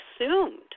assumed